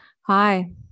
hi